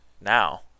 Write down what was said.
now